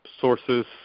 sources